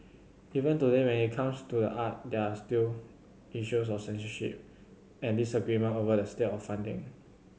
even today may it comes to the art there are still issues of censorship and disagreement over the state of funding